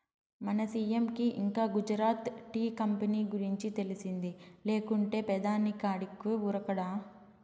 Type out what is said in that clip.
మన సీ.ఎం కి ఇంకా గుజరాత్ టీ కంపెనీ గురించి తెలిసింది లేకుంటే పెదాని కాడికి ఉరకడా